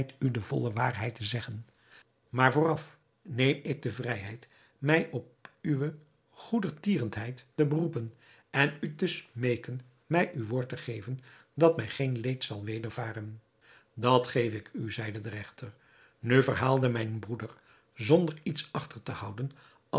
u de volle waarheid te zeggen maar vooraf neem ik de vrijheid mij op uwe goedertierenheid te beroepen en u te smeeken mij uw woord te geven dat mij geen leed zal wedervaren dat geef ik u zeide de regter nu verhaalde mijn broeder zonder iets achter te houden